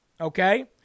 okay